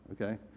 okay